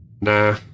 Nah